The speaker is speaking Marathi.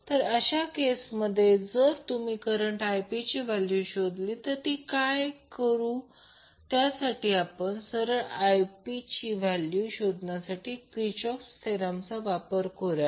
तर अशा केसमध्ये जर तुम्ही करंट Ip ची व्हॅल्यू शोधली तर आपण काय करू आपण सरळ करंट Ip ची व्हॅल्यू शोधण्यासाठी क्रिचॉफ व्होल्टेज थेरमचा वापर करू